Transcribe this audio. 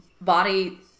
body